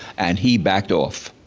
and he backed off,